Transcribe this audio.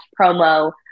promo